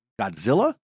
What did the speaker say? Godzilla